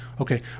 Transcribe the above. okay